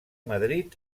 madrid